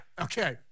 okay